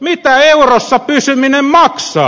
mitä eurossa pysyminen maksaa